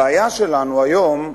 הבעיה שלנו היום,